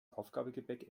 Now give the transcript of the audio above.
aufgabegepäck